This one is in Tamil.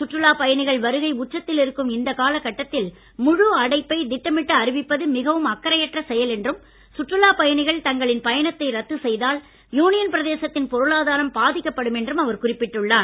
சுற்றுலா பயணிகள் வருகை உச்சத்தில் இருக்கும் இந்த காலகட்டத்தில் முழு அடைப்பை திட்டமிட்டு அறிவிப்பது மிகவும் அக்கரையற்ற செயல் என்றும் சுற்றுலாப் பயணிகள் தங்களின் பயணத்தை ரத்து செய்தால் யுனியன் பிரதேசத்தின் பொருளாதாரம் பாதிக்கப்படும் என்றும் அவர் குறிப்பிட்டுள்ளார்